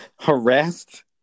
harassed